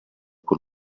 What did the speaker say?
quel